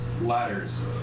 ladders